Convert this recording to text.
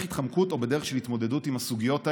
ההתחמקות או בדרך של התמודדות עם הסוגיות האלה,